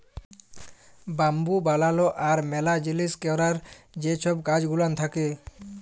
bamboo বালালো আর ম্যালা জিলিস ক্যরার যে ছব কাজ গুলান থ্যাকে